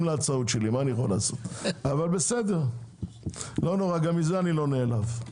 להצעות שלי אבל גם מזה אני לא נעלב.